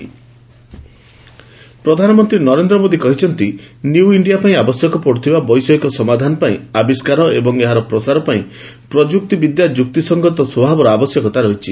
PM science congress ପ୍ରଧାନମନ୍ତ୍ରୀ ନରେନ୍ଦ୍ର ମୋଦି କହିଛନ୍ତି new India ପାଇଁ ଆବଶ୍ୟକ ପଡ଼ୁଥିବା ବୈଷୟିକ ସମାଧାନ ପାଇଁ ଆବିଷ୍କାର ଏବଂ ଏହାର ପ୍ରସାର ପାଇଁ ପ୍ରଯୁକ୍ତି ବିଦ୍ୟା ଯୁକ୍ତି ସଂଗତ ସ୍ୱଭାବର ଆବଶ୍ୟକତା ରହିଛି